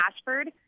Ashford